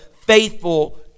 faithful